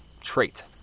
trait